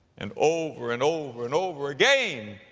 and over and over and over again,